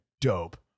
dope